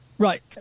Right